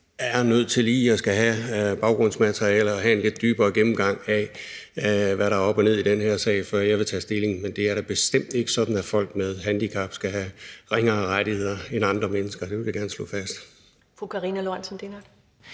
jeg nødt til lige at skulle have baggrundsmateriale og have en lidt dybere gennemgang af, hvad der er op og ned i den her sag, før jeg vil tage stilling. Men det er da bestemt ikke sådan, at folk med handicap skal have ringere rettigheder end andre mennesker. Det vil jeg gerne slå fast. Kl. 10:23 Første næstformand